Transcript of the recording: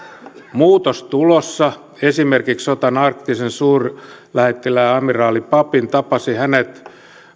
muutos tulossa esimerkiksi otan arktisen suurlähettilään amiraali pappin tapasin hänet